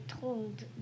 told